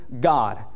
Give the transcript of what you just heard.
God